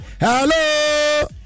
hello